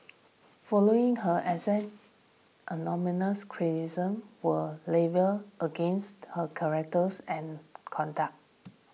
following her axing anonymous criticisms were levelled against her characters and conduct